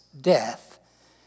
death